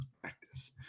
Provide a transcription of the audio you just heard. practice